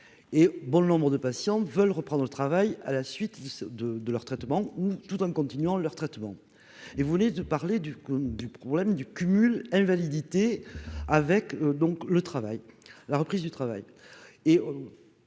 et bon nombres de patients veulent reprendre le travail à la suite de de leur traitement ou tout en continuant leur traitement et vous venez de parler du du problème du cumul invalidité avec donc le travail, la reprise du travail